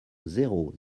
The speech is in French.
zéro